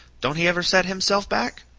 don't he ever set himself back?